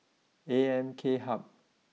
A M K Hub